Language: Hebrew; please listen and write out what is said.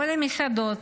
כל המסעדות,